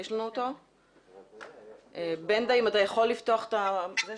אני יודעת שאני לא צריכה להסביר לך את המצב בשטח,